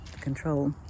control